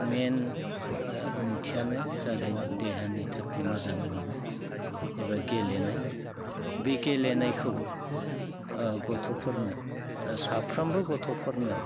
मेइन ओंथियानो जादों देहानि थाखाय मोजां मोननाय एबा गेलेनाय बे गेलेनायखौ गथ'फोरनो साफ्रोमबो गथ'फोरनो